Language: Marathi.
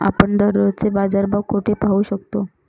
आपण दररोजचे बाजारभाव कोठे पाहू शकतो?